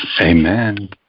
Amen